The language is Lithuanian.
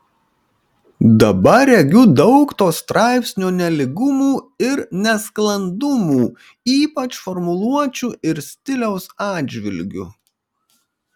dabar regiu daug to straipsnio nelygumų ir nesklandumų ypač formuluočių ir stiliaus atžvilgiu